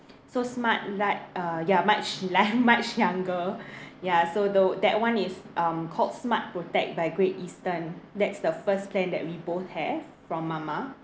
so smart like uh ya much much younger ya so though that [one] is um called Smart Protect by Great Eastern that's the first plan that we both have from mama